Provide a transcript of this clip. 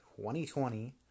2020